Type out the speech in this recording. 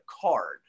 card